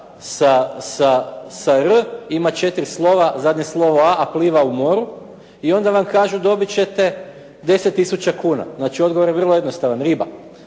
sa r, ima četiri slova, zadnje slovo a, a pliva u moru i onda vam kažu dobit ćete 10 tisuća kuna, znači odgovor je vrlo jednostavan riba.